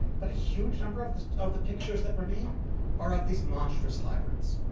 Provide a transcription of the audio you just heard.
but a huge number of the of the pictures that remain are of these monstrous hybrids,